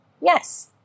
Yes